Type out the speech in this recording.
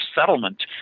settlement